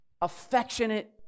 affectionate